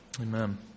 Amen